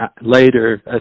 later